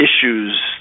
issues